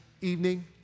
evening